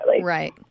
Right